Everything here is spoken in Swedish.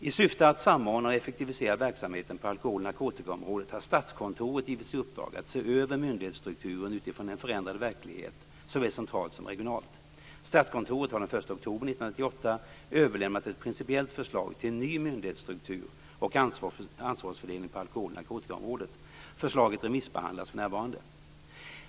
I syfte att samordna och effektivisera verksamheten på alkohol och narkotikaområdet har Statskontoret givits i uppdrag att se över myndighetsstrukturen utifrån en förändrad verklighet såväl centralt som regionalt. Statskontoret har den 1 oktober 1998 överlämnat ett principiellt förslag till en ny myndighetsstruktur och ansvarsfördelning på alkohol och narkotikaområdet. Förslaget remissbehandlas för närvarande.